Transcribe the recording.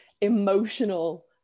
emotional